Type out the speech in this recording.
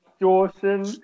Dawson